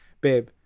babe